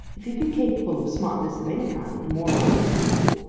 if he be capable of smartness of any kind, moral or physical,